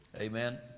Amen